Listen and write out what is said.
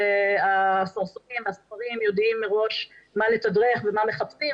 הסוחרים יודעים מראש מה לתדרך ומה מחפשים,